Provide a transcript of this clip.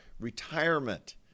retirement